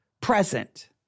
present